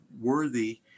worthy